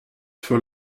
furent